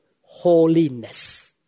holiness